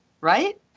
Right